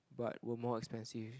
but will more expensive